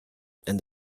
and